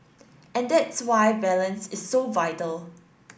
and that's why balance is so vital